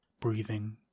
breathing